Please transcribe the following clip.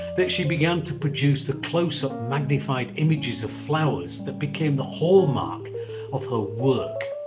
that she began to produce the close-up, magnified images of flowers that became the hall mark of her work.